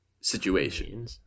situation